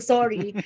Sorry